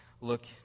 look